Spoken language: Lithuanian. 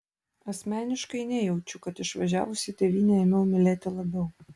asmeniškai nejaučiu kad išvažiavusi tėvynę ėmiau mylėti labiau